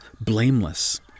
blameless